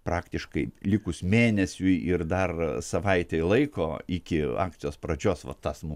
praktiškai likus mėnesiui ir dar savaitei laiko iki akcijos pradžios va tas mum